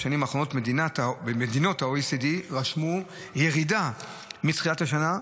בשנים האחרונות מדינות ה-OECD רשמו ירידה מתחילת השנה,